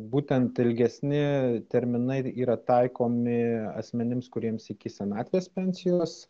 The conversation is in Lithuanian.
būtent ilgesni terminai yra taikomi asmenims kuriems iki senatvės pensijos